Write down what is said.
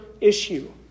issue